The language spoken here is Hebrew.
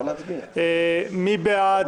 מי בעד